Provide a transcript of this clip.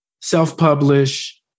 Self-publish